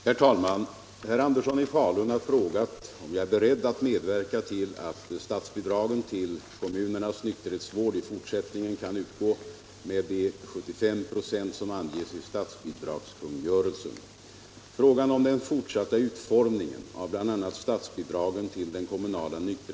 Den kommunala nykterhetsvården har tidigare stimulerats av ett 75 procentigt statsbidrag. Genom en otillräcklig medelstilldelning har dock inte kommunerna erhållit statsbidrag enligt fastställd kungörelse. Detta har inverkat negativt på den kommunala nykterhetsvården, vilket i sin tur försämrat möjligheterna till vård för enskilda människor.